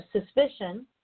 suspicion